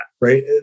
right